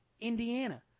Indiana